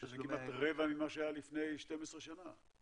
זה כמעט רבע ממה שהיה לפני 12 שנה?